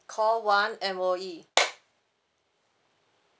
call one M_O_E